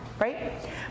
right